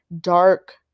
dark